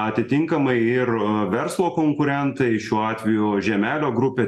atitinkamai ir verslo konkurentai šiuo atveju žiemelio grupė